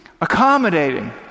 accommodating